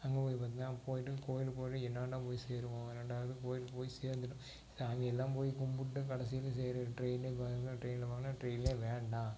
அங்கே போய் பார்த்திங்கனா போய்ட்டு கோவிலுக்கு போகிறது எந்நேரம்ன்னா போய் சேருவோம் ரெண்டாவது கோவிலுக்கு போய் சேர்ந்துட்டோம் சாமி எல்லாம் போய் கும்பிட்டு கடைசியில் சரி ட்ரெயின்லேயே போய்டலாம் ட்ரெயினில் வான்னா ட்ரெயினே வேண்டாம்